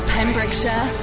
Pembrokeshire